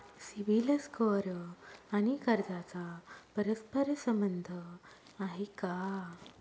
CIBIL score आणि कर्जाचा परस्पर संबंध आहे का?